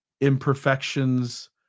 imperfections